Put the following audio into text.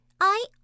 I